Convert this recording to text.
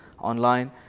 online